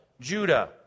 Judah